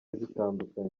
zitandukanye